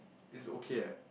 is okay eh